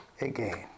again